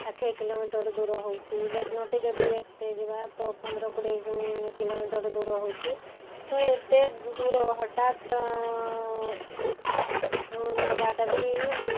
ଷାଠିଏ କିଲୋମିଟର ଦୂର ହେଉଛି ବେକନୋଟି ଯଦି ଦେଖତେ ଯିବା ତ ପନ୍ଦର କୋଡ଼ିଏ କିଲୋମିଟର ଦୂର ହେଉଛି ତ ଏତେ ଦୂର ହଠାତ୍ ନବାଟା ବି